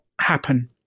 happen